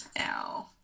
ow